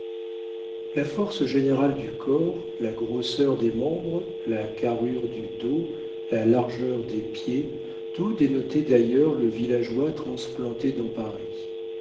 la force générale du corps la grosseur des membres la carrure du dos la largeur des pieds tout dénotait d'ailleurs le villageois transplanté dans paris